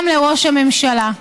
גם לראש ממשלת ישראל.